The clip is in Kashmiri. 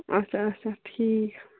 اَچھا اَچھا ٹھیٖک